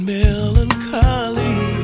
melancholy